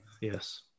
Yes